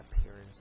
appearance